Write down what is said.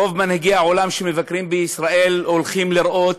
רוב מנהיגי העולם שמבקרים בישראל הולכים לראות